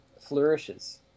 flourishes